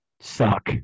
suck